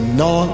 no